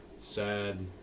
Sad